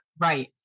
Right